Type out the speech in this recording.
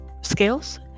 skills